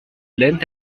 length